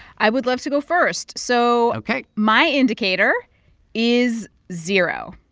i would love to go first. so. ok my indicator is zero.